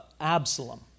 Absalom